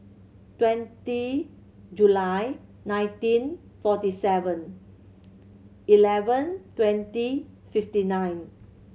twenty July nineteen forty Seven Eleven twenty fifty nine